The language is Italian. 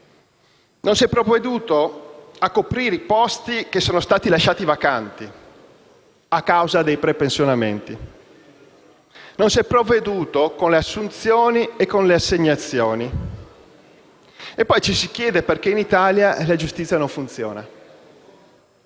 a fare i concorsi, a coprire i posti che sono stati lasciati vacanti a causa dei prepensionamenti, non si è provveduto con le assunzioni e con le assegnazioni e poi ci si chiede perché in Italia la giustizia non funzioni.